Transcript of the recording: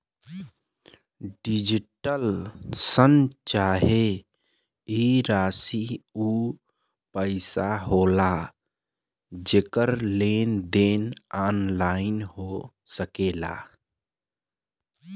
digital शन चाहे ई राशी ऊ पइसा होला जेकर लेन देन ऑनलाइन हो सकेला